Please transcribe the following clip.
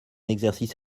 exercice